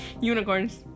Unicorns